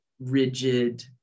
rigid